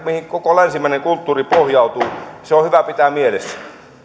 mihin koko länsimainen kulttuuri pohjautuu se on hyvä pitää mielessä